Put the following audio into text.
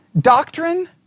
doctrine